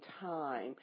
time